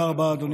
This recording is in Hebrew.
בעד,